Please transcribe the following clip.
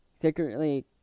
secretly